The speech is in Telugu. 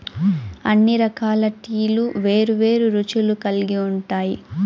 అన్ని రకాల టీలు వేరు వేరు రుచులు కల్గి ఉంటాయి